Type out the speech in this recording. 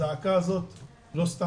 הזעקה הזאת לא באה סתם.